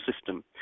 system